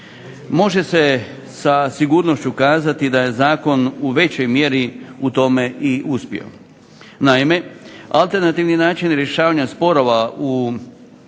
Može se sa sigurnošću kazati da je zakon u većoj mjeri u tome i uspio. Naime, alternativni način rješavanja sporova u njihovom